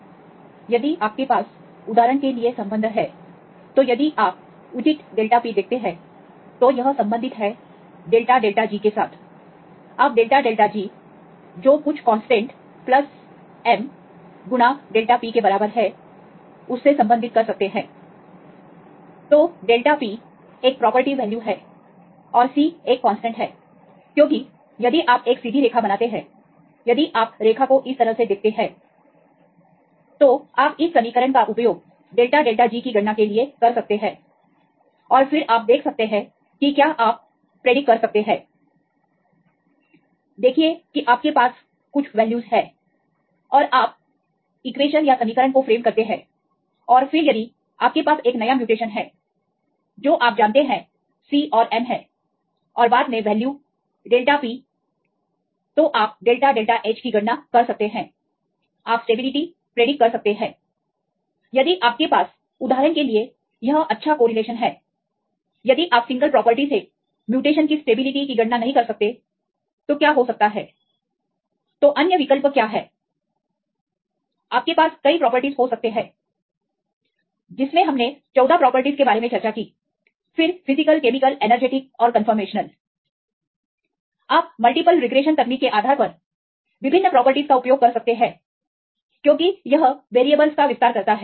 यदि आपके पास उदाहरण के लिए संबंध है तो यदि आप उचित डेल्टा P देखते हैं तो यह संबंधित है डेल्टा डेल्टा G के साथ आप डेल्टा डेल्टा G जो कुछ कांस्टेंट प्लस m गुणा डेल्टा P के बराबर है उससे संबंधित कर सकते हैं तो डेल्टा P एक प्रॉपर्टी वैल्यू है और c एक कांस्टेंट है क्योंकि यदि आप एक सीधी रेखा बनाते हैं यदि आप रेखा को इस तरह से देखते हैं आप इस समीकरण का उपयोग डेल्टा डेल्टा G की गणना के लिए कर सकते हैं और फिर आप देख सकते हैं कि क्या आप प्रिडिक्ट कर सकते हैं देखें कि क्या आपके पास कुछ वैल्यूज हैं और आप समीकरण को फ्रेम करते हैं और फिर यदि आपके पास एक नया म्यूटेशन है जो आप जानते हैं c और m है और बाद में वैल्यू डेल्टा P आप डेल्टा डेल्टा H की गणना कर सकते हैं आप स्टेबिलिटी प्रिडिक्ट कर सकते हैं यदि आपके पास उदाहरण के लिए यह अच्छा कोरिलेशन है यदि आप सिंगल प्रॉपर्टी से म्यूटेशन की स्टेबिलिटी की गणना नहीं कर सकते तो क्या हो सकता है तो अन्य विकल्प क्या हैं आपके पास कई प्रॉपर्टीज हो सकते हैं जिसमे हमने 14 प्रॉपर्टीज के बारे में चर्चा की फिर physical chemical energetic physical chemical energeticऔर conformational आप मल्टीपल रिग्रेशन तकनीक के आधार पर विभिन्न प्रॉपर्टीज का उपयोग कर सकते हैं क्योंकि यह वेरिएबलस का विस्तार करता है